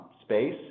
space